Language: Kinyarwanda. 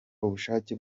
ubushake